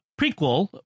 prequel